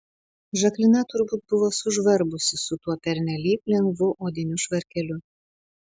žaklina turbūt buvo sužvarbusi su tuo pernelyg lengvu odiniu švarkeliu